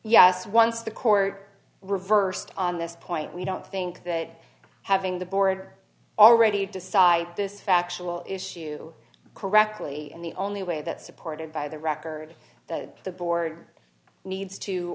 yes once the court reversed on this point we don't think that having the board already decide this factual issue correctly and the only way that supported by the record that the board needs to